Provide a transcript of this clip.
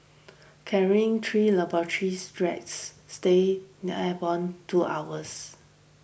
carrying three laboratory rats stayed airborne two hours